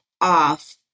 off